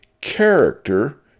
character